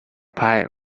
pipe